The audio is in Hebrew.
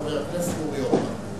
חבר הכנסת אורי אורבך,